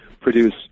produce